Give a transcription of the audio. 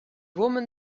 women